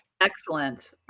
Excellent